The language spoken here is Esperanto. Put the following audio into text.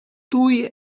tuj